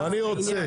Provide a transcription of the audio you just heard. אני רוצה,